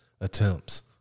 attempts